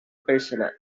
persona